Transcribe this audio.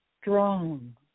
Strong